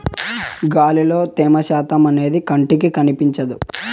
గాలిలో త్యమ శాతం అనేది కంటికి కనిపించదు